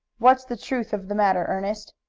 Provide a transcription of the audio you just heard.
what's the truth of the matter, ernest?